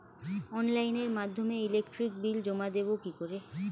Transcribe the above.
অনলাইনের মাধ্যমে electric bill জমা দেবো কি করে?